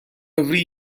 every